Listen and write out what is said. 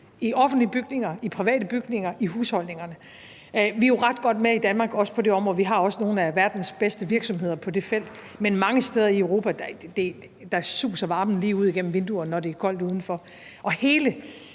i offentlige bygninger, i private bygninger, i husholdningerne. Vi er jo ret godt med i Danmark, også på det område. Vi har også nogle af verdens bedste virksomheder på det felt, men mange steder i Europa suser varmen lige ud igennem vinduerne, når det er koldt udenfor. Der